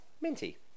minty